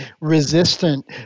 resistant